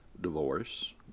divorce